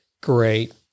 great